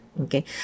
Okay